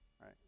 right